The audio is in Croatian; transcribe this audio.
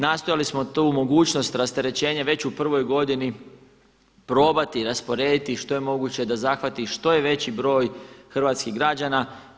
Nastojali smo tu mogućnost rasterećenja već u prvoj godini probati rasporediti što je moguće da zahvati što je veći broj hrvatskih građana.